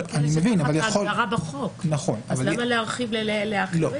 זאת ההסדרה בחוק אז למה להרחיב לאחרים?